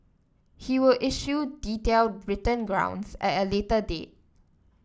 he will issue detailed written grounds at a later date